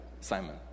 Simon